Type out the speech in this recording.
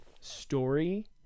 story